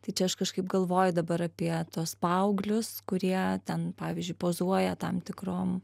tai čia aš kažkaip galvoju dabar apie tuos paauglius kurie ten pavyzdžiui pozuoja tam tikrom